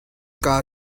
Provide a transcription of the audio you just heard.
kaa